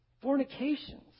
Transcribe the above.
fornications